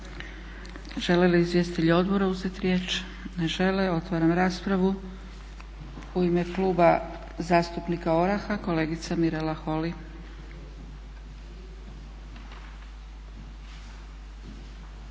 Žele li izvjestitelji odbora uzeti riječ? Ne ćele. Otvaram raspravu. U ime Kluba zastupnika ORAH-a kolegica Mirela Holy.